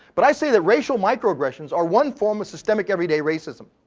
but i say that racial microaggressions are one form of systemic everyday racism.